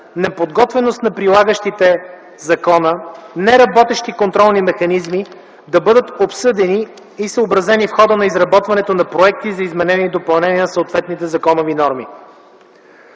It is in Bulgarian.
неподготвеност на прилагащите закона, неработещи контролни механизми, да бъдат обсъдени и съобразени в хода на изработването на проекти за изменения и допълнения на съответните законови норми.